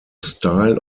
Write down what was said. style